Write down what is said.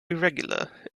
irregular